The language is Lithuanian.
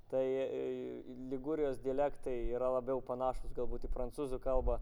tai ligūrijos dialektai yra labiau panašūs galbūt į prancūzų kalbą